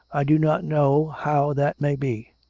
i do not know how that may be.